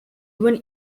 even